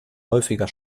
häufiger